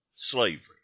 Slavery